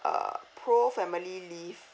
uh pro family leave